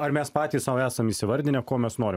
ar mes patys sau esam įsivardinę ko mes norim